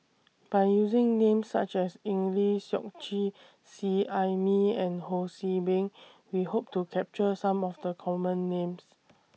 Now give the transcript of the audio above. By using Names such as Eng Lee Seok Chee Seet Ai Mee and Ho See Beng We Hope to capture Some of The Common Names